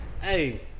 hey